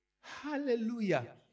Hallelujah